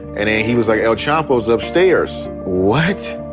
and he was like, el chapo's upstairs what?